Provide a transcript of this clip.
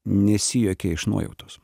nesijuokia iš nuojautos